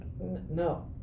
No